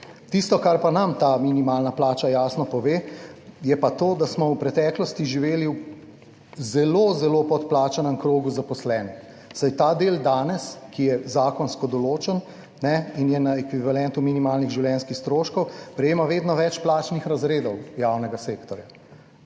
Tisto, kar pa nam ta minimalna plača jasno pove je pa to, da smo v preteklosti živeli v zelo, zelo podplačanem krogu zaposlenih, saj ta del danes, ki je zakonsko določen in je na ekvivalentu minimalnih življenjskih stroškov prejema vedno več plačnih razredov javnega sektorja,